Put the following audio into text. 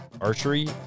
archery